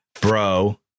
bro